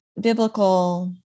biblical